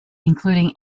including